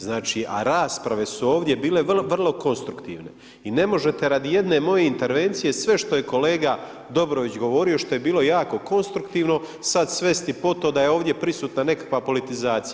Znači a rasprave su ovdje bile vrlo konstruktivne i ne možete radi jedne moje intervencije sve što je kolega Dobrović govorio što je bilo jako konstruktivno sad svesti pod to da je ovdje prisutna nekakva politizacija.